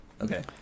Okay